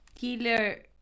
killer